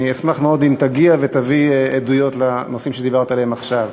אני אשמח מאוד אם תגיע ותביא עדויות לגבי הנושאים שדיברת עליהם עכשיו.